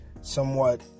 somewhat